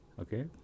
Okay